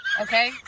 okay